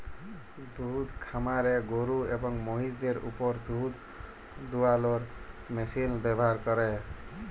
দুহুদ খামারে গরু এবং মহিষদের উপর দুহুদ দুয়ালোর মেশিল ব্যাভার ক্যরে